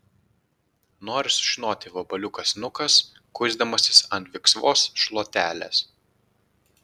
nori sužinoti vabaliukas nukas kuisdamasis ant viksvos šluotelės